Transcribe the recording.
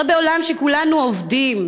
הרי בעולם שבו כולנו עובדים,